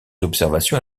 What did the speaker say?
observations